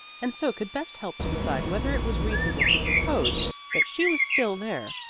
and so could best help to decide whether it was reasonable to suppose that she was still there.